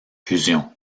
fusion